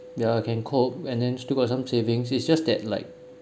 yeah can cope and then still got some savings it's just that like